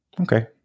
Okay